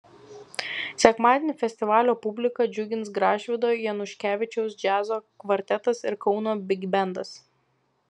sekmadienį festivalio publiką džiugins gražvydo januškevičiaus džiazo kvartetas ir kauno bigbendas